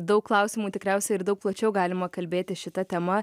daug klausimų tikriausiai ir daug plačiau galima kalbėti šita tema